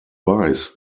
weiß